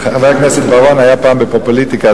חבר הכנסת בר-און היה פעם ב"פופוליטיקה",